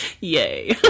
yay